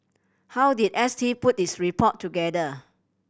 how did S T put its report together